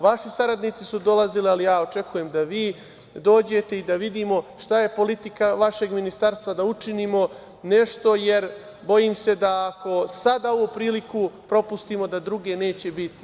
Vaši saradnici su dolazili, ali ja očekujem da vi dođete i da vidimo šta je politika vašeg ministarstva, da učinimo nešto, jer bojim se da ako sada ovu priliku propustimo, da druge neće biti.